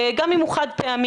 גם אם הוא חד פעמי,